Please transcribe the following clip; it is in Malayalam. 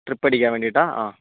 ട്രിപ്പടിക്കാൻ വേണ്ടിയിട്ടാണോ ആ